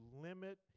limit